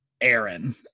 Aaron